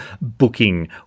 booking